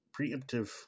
preemptive